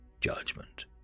judgment